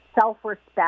self-respect